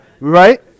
right